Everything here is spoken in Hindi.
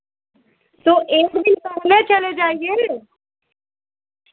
तो एक दिन पहले चले जाईए